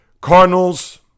Cardinals